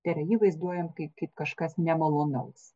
per jį vaizduojant kai kaip kažkas nemalonaus